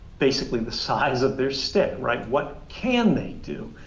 basically, the size of their stick, right? what can they do?